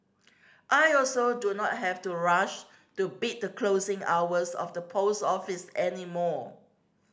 I also do not have to rush to beat the closing hours of the post office any more